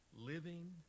living